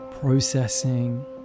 processing